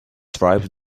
tribes